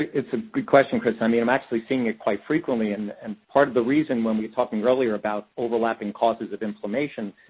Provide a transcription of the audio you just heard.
it's a good question, kristen. i mean, i'm actually seeing it quite frequently, and and part of the reason when we were talking earlier about overlapping causes of inflammation,